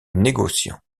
négociant